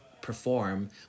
perform